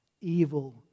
evil